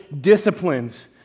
disciplines